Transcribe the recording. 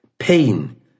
Pain